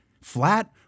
flat